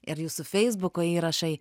ir jūsų feisbuko įrašai